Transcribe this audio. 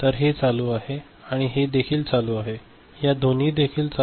तर हे चालू आहे आणि हे देखील चालू आहे या दोन्ही देखील चालू आहेत